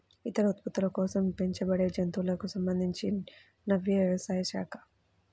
ఇతర ఉత్పత్తుల కోసం పెంచబడేజంతువులకు సంబంధించినవ్యవసాయ శాఖ